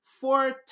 four